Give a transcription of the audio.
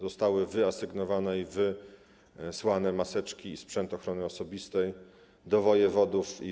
Zostały wyasygnowane i wysłane maseczki i sprzęt ochrony osobistej do wojewodów.